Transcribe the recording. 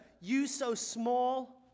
you-so-small